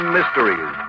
Mysteries